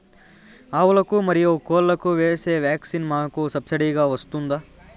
ఆవులకు, మరియు కోళ్లకు వేసే వ్యాక్సిన్ మాకు సబ్సిడి గా వస్తుందా?